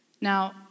Now